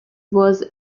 was